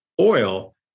oil